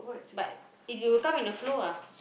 but it will come in a flow ah